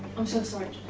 i'm so sorry